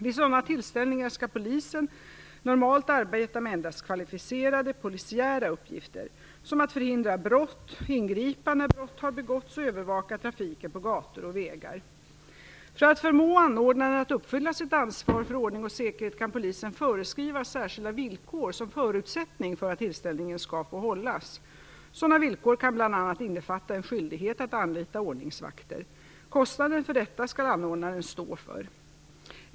Vid sådana tillställningar skall polisen normalt arbeta med endast kvalificerade polisiära uppgifter, som att förhindra brott, ingripa när brott har begåtts och övervaka trafiken på gator och vägar. För att förmå anordnaren att uppfylla sitt ansvar för ordning och säkerhet kan polisen föreskriva särskilda villkor som förutsättning för att tillställningen skall få hållas. Sådana villkor kan bl.a. innefatta en skyldighet att anlita ordningsvakter. Kostnaden för detta skall anordnaren stå för.